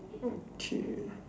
okay